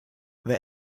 wer